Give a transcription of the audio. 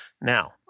Now